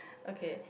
okay